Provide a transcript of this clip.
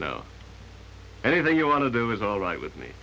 now anything you want to do is all right with me